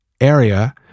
area